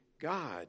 God